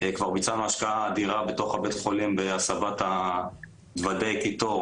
כבר ביצענו השקעה אדירה בתוך בית החולים להסבת דוודי הקיטור